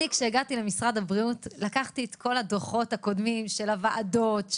כאשר הגעתי למשרד הבריאות לקחתי את כל הדוחות הקודמים של הוועדות,